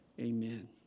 Amen